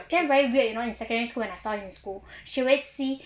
then very weird you know in secondary school when I saw her in school she very see